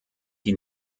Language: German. die